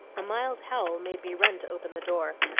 a mild howl made me run to open the door,